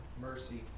mercy